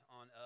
on